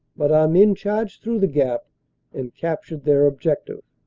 but our men charged through the gap and captured their objective.